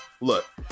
Look